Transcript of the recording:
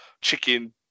chicken